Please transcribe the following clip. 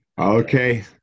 Okay